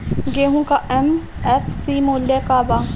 गेहू का एम.एफ.सी मूल्य का बा?